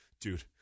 dude